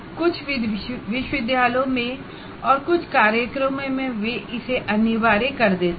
कुछ विश्वविद्यालयों में और कुछ प्रोग्राम्स में वे इसे अनिवार्य कर देते हैं